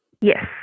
Yes